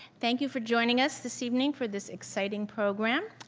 thank you for joining us this evening for this exciting program.